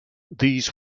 these